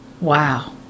Wow